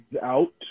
out